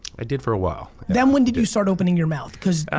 i did for a while. then when did you start opening your mouth? because